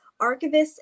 archivists